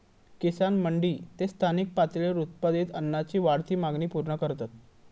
किसान मंडी ते स्थानिक पातळीवर उत्पादित अन्नाची वाढती मागणी पूर्ण करतत